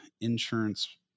insurance